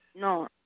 No